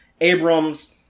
Abrams